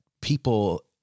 people